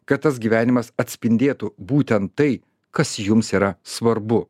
kad tas gyvenimas atspindėtų būtent tai kas jums yra svarbu